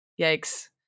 yikes